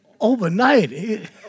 overnight